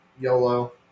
YOLO